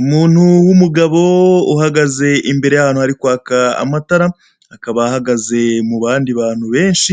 Umuntu w'umugabo uhagaze imbere y'ahantu hari kwaka amatara, akaba ahagaze mu bandi bantu benshi,